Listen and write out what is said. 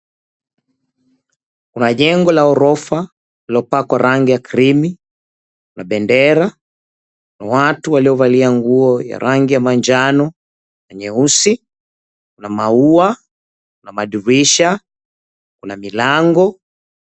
Kuna njengo la gorofa lilipakwa rangi ya krimu, mabendera watu waliovalia nguo ya rangi ya mnjano na nyeusi na maua na madirisha kuna milango.